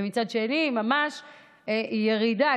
ומצד שני ממש ירידה,